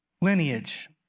lineage